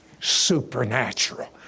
supernatural